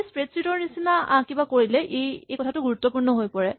তুমি স্প্ৰেডছ্যিট ৰ নিচিনা কিবা কৰিলে ই গুৰুত্বপূৰ্ণ হৈ পৰে